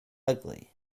ugly